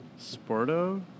Sporto